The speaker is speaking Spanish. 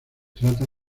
trata